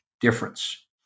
difference